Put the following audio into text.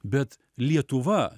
bet lietuva